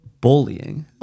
Bullying